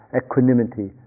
equanimity